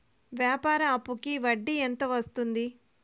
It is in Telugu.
వ్యాపార అప్పుకి వడ్డీ ఎంత వస్తుంది?